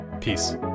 Peace